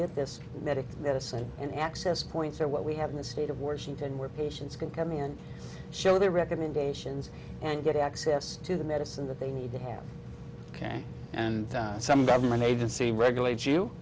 get this medical medicine and access points are what we have in the state of washington where patients can come in and show their recommendations and get access to the medicine that they need to have and some government agency regulates you